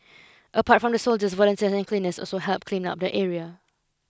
apart from the soldiers volunteersand cleaners also helped clean up the area